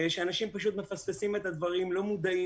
ורואים שאנשים פשוט מפספסים את הדברים ולא מודעים.